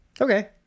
Okay